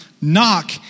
Knock